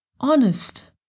honest